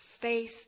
Faith